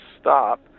stop